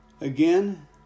Again